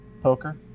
poker